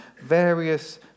various